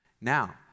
Now